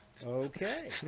Okay